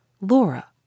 Laura